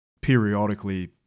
periodically